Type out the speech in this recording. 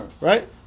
Right